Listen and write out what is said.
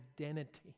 identity